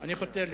אני חותר לסיום.